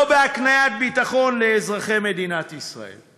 בהקניית ביטחון לאזרחי מדינת ישראל.